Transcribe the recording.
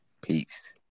Peace